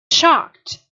shocked